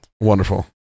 Wonderful